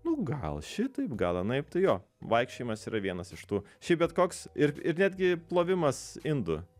nu gal šitaip gal anaip tai jo vaikščiojimas yra vienas iš tų šiaip bet koks ir ir netgi plovimas indų